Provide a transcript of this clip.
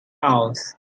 house